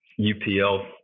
UPL